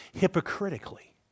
hypocritically